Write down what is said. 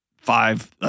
five